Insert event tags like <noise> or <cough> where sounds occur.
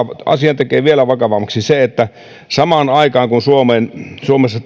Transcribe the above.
asian tekee vielä vakavammaksi se että samaan aikaan kun suomessa <unintelligible>